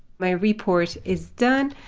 my report is done.